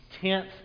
tenth